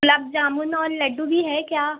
गुलाब जामुन और लड्डू भी है क्या